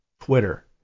Twitter